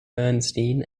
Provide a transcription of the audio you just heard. bernstein